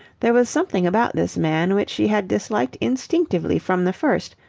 there was something about this man which she had disliked instinctively from the first,